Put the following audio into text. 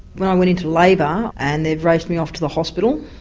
when i went into labour and they've raced me off to the hospital,